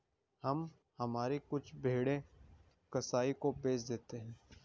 हम हमारी कुछ भेड़ें कसाइयों को बेच देते हैं